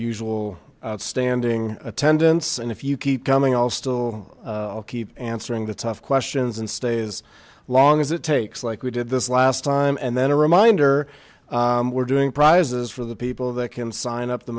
usual outstanding attendance and if you keep coming all still i'll keep answering the tough questions and stay as long as it takes like we did this last time and then a reminder we're doing prizes for the people that can sign up the